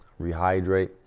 rehydrate